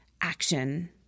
action